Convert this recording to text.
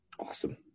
Awesome